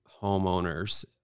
homeowners